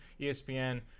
ESPN